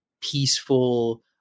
peaceful